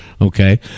okay